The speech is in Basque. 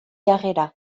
jarrera